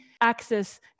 access